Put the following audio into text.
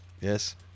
Yes